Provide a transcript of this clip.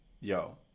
Yo